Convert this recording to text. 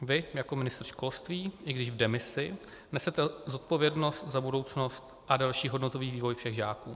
Vy jako ministr školství, i když v demisi, nesete zodpovědnost za budoucnost a další hodnotový vývoj všech žáků.